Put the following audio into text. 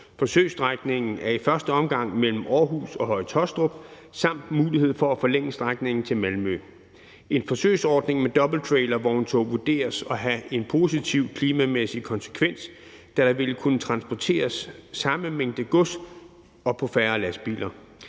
Forsøgsstrækningen er i første omgang mellem Aarhus og Høje-Taastrup med mulighed for at forlænge strækningen til Malmø. En forsøgsordning med dobbelttrailervogntog vurderes at have en positiv klimamæssig konsekvens, da der vil kunne transporteres samme mængde gods på færre lastbiler.